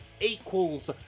equals